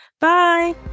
Bye